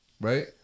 right